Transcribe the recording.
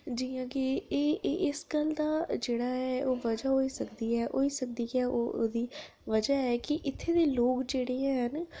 जि'यां कि इस गल्ल दा जेह्ड़ा ऐ ओह् बजह् होई सकदी ऐ उ'दी बजह ऐ कि इत्थूं दे लोक जेह्ड़े हैन